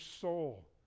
soul